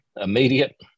immediate